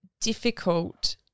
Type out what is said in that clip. difficult